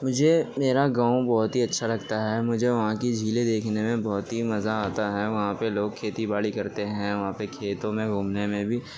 مجھے میرا گاؤں بہت ہی اچھا لگتا ہے مجھے وہاں کی چھیلیں دیکھنے میں بہت ہی مزہ آتا ہے وہاں پہ لوگ کھیتی باڑی کرتے ہیں وہاں پہ کھیتوں میں گھومنے بھی